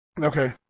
Okay